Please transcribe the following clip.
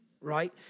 right